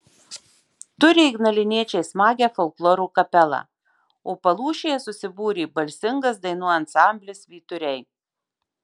turi ignaliniečiai smagią folkloro kapelą o palūšėje susibūrė balsingas dainų ansamblis vyturiai